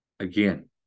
Again